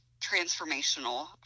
transformational